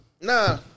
Nah